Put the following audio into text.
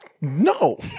No